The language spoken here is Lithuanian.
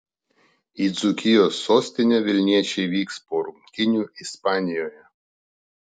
į dzūkijos sostinę vilniečiai vyks po rungtynių ispanijoje